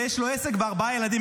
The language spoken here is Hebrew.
ויש לו עסק וארבעה ילדים,